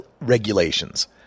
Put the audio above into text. regulations